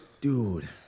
Dude